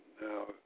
now